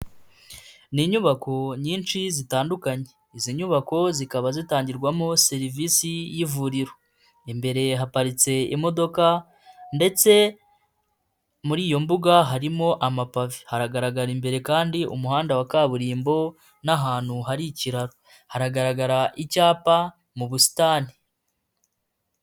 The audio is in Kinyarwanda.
Ni inyubako nyinshi zitandukanye, izi nyubako zikaba zitangirwamo serivisi y'ivuriro. Imbere haparitse imodoka ndetse muri iyo mbuga harimo amapave. Haragaragara imbere kandi umuhanda wa kaburimbo n'ahantu hari ikiraro haragaragara icyapa mu busitani.